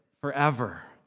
forever